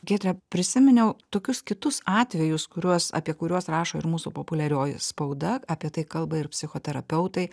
giedre prisiminiau tokius kitus atvejus kuriuos apie kuriuos rašo ir mūsų populiarioji spauda apie tai kalba ir psichoterapeutai